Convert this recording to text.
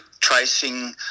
tracing